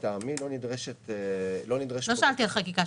לטעמי לא נדרשת פה --- לא שאלתי על חקיקה,